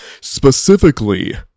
specifically